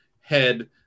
head